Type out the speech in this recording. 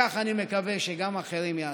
וכך אני מקווה שגם אחרים יעשו.